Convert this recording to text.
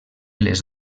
les